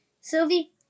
Sylvie